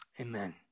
Amen